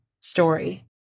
story